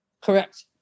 Correct